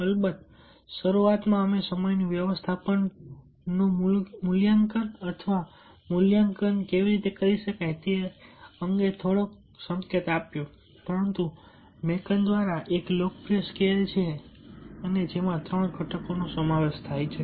અલબત્ત શરૂઆતમાં અમે સમય વ્યવસ્થાપનનું મૂલ્યાંકન અથવા મૂલ્યાંકન કેવી રીતે કરી શકાય તે અંગે થોડો સંકેત આપ્યો છે પરંતુ મેકન દ્વારા એક લોકપ્રિય સ્કેલ છે અને જેમાં ત્રણ ઘટકોનો સમાવેશ થાય છે